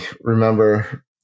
remember